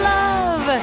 love